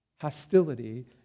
Hostility